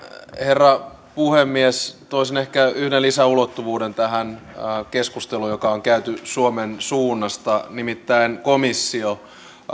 herra puhemies toisin ehkä yhden lisäulottuvuuden tähän keskusteluun jota on käyty suomen suunnasta nimittäin komissio